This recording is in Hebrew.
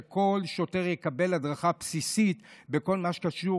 שכל שוטר יקבל הדרכה בסיסית בכל מה שקשור